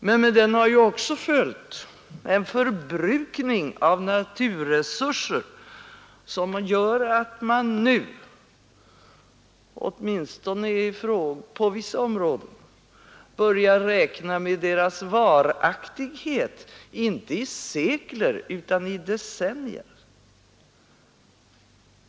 Men med den har också följt en förbrukning av naturresurser som gör att man nu — åtminstone på vissa områden — börjar räkna deras varaktighet inte i sekler utan i decennier!